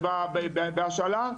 ובהשאלה,